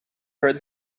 heard